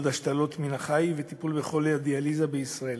השתלות מן החי וטיפול בחולי הדיאליזה בישראל.